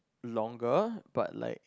longer but like